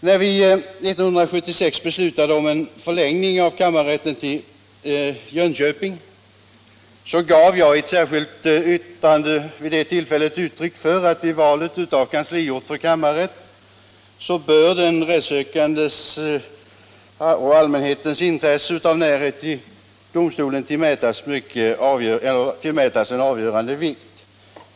När vi 1976 beslutade om en förläggning av kammarrätten till Jönköping gav jag i ett särskilt yttrande uttryck för uppfattningen att den rättssökande allmänhetens intresse av närhet till domstolen bör tillmätas avgörande vikt vid valet av kansliort för kammarrätt.